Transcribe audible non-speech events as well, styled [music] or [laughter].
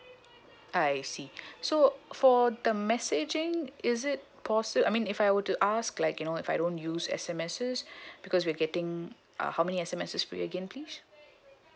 I see [breath] so for the messaging is it possi~ I mean if I were to ask like you know if I don't use S_M_Ss [breath] because we're getting uh how many S_M_Ss we'll gain please